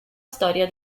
storia